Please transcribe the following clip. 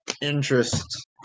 interest